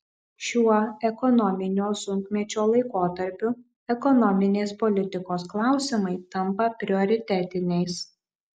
šiuo ekonominio sunkmečio laikotarpiu ekonominės politikos klausimai tampa prioritetiniais